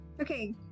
okay